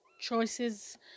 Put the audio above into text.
choices